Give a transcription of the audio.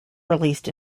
released